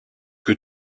que